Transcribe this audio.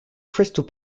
crystal